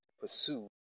pursue